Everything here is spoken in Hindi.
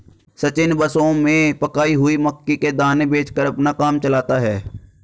सचिन बसों में पकाई हुई मक्की के दाने बेचकर अपना काम चलाता है